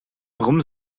warum